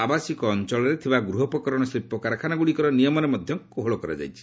ଆବାସିକ ଅଞ୍ଚଳରେ ଥିବା ଗୃହୋପକରଣ ଶିଳ୍ପ କାରଖାନାଗୁଡ଼ିକର ନିୟମରେ ମଧ୍ୟ କୋହଳ କରାଯାଇଛି